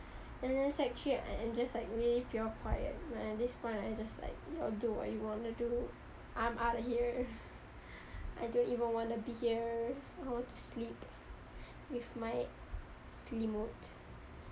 and then sec three and I'm just like really pure quiet when at this point I just like you all do what you wanna do I'm out of here I don't even wanna be here I want to sleep with my selimut